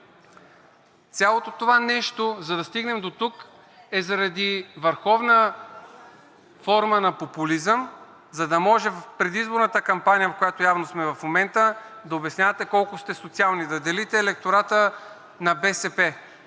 Цялото това нещо, за да стигнем дотук, е заради върховна форма на популизъм, за да може в предизборната кампания, в която явно сме в момента, да обяснявате колко сте социални. Да делите електората на БСП.